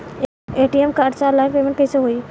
ATM card से online payment कैसे होई?